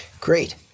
Great